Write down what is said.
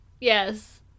Yes